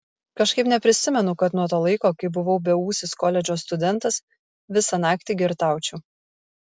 kažkaip neprisimenu kad nuo to laiko kai buvau beūsis koledžo studentas visą naktį girtaučiau